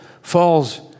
falls